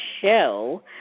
show